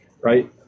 right